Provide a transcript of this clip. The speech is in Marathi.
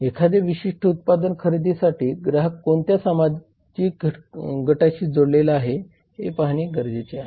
एखादे विशिष्ट उत्पादन खरेदीसाठी ग्राहक कोणत्या सामाजिक गटाशी जोडलेला आहे हे पाहणे गरजेचे आहे